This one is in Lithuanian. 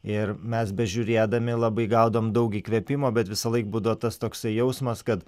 ir mes bežiūrėdami labai gaudavom daug įkvėpimo bet visąlaik būdavo tas toksai jausmas kad